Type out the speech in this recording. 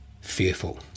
fearful